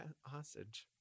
hostage